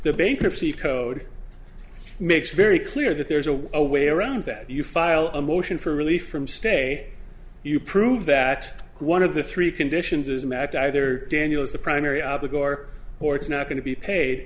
the bankruptcy code makes very clear that there's a way around that you file a motion for relief from stay you prove that one of the three conditions is an act either daniel is the primary or it's not going to be paid